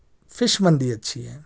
fish mandi اچھی ہے